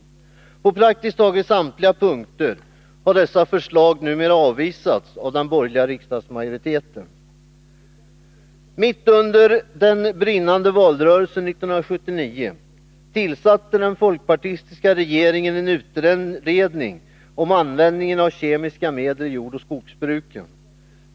På praktiskt taget samtliga punkter har dessa förslag numera avvisats av den borgerliga riksdagsmajoriteten. Mitt under brinnande valrörelse 1979 tillsatte den folkpartistiska regeringen en utredning om användningen av kemiska medeli jordoch skogsbruken.